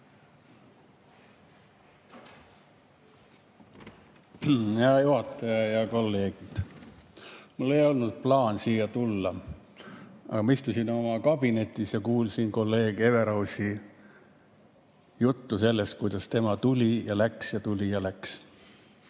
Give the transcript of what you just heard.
Hea juhataja! Head kolleegid! Mul ei olnud plaanis siia tulla, aga ma istusin oma kabinetis ja kuulsin kolleeg Everausi juttu sellest, kuidas tema tuli ja läks ja tuli ja läks.